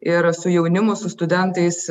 ir su jaunimu su studentais